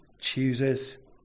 chooses